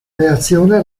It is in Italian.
reazione